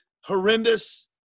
horrendous